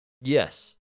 Yes